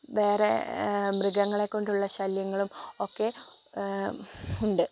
വേറെ മൃഗങ്ങളെക്കൊണ്ടുള്ള ശല്യങ്ങളും ഒക്കെ ഉണ്ട്